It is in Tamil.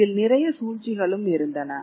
இதில் நிறைய சூழ்ச்சிகளும் இருந்தன